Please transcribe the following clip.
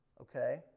Okay